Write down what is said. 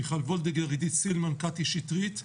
מיכל וולדיגר, עידית סילמן, קטי שטרית.